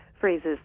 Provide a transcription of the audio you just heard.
phrases